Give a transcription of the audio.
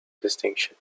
distinction